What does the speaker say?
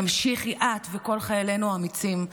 תמשיכי את, וכל חיילינו האמיצים.